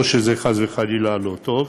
לא שזה חס וחלילה לא טוב,